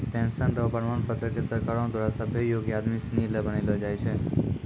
pension र प्रमाण पत्र क सरकारो द्वारा सभ्भे योग्य आदमी सिनी ल बनैलो जाय छै